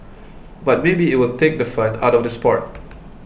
but maybe it will take the fun out of the sport